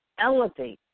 Elevate